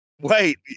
Wait